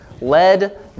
led